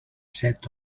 set